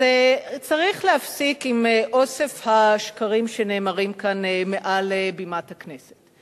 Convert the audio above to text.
אז צריך להפסיק עם אוסף השקרים שנאמרים כאן מעל בימת הכנסת.